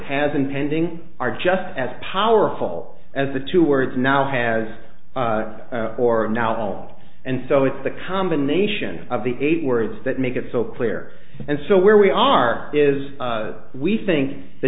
has been pending are just as powerful as the two words now has or now and so it's the combination of the eight words that make it so clear and so where we are is we think the